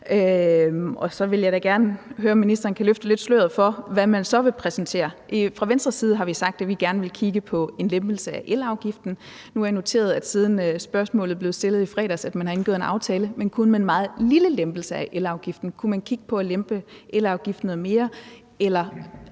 Så vil jeg da gerne høre, om ministeren kan løfte lidt af sløret for, hvad man så vil præsentere. Fra Venstres side har vi sagt, at vi gerne vil kigge på en lempelse af elafgiften. Nu har jeg noteret mig, at siden spørgsmålet blev stillet i fredags, har man indgået en aftale, men kun med en meget lille lempelse af elafgiften. Kunne man kigge på at lempe elafgiften noget mere,